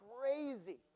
Crazy